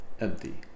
empty